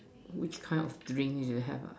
which kind of dream you have ah